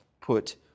put